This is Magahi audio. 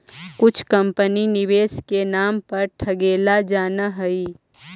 कुछ कंपनी निवेश के नाम पर ठगेला जानऽ हइ